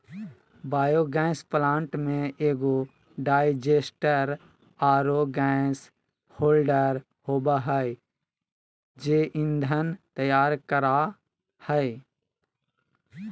biogas plant में एगो digester आरो गैस होल्डर होबा है जे ईंधन तैयार करा हइ